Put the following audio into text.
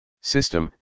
System